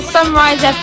Sunrise